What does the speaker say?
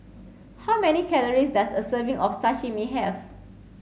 how many calories does a serving of Sashimi have